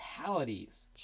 fatalities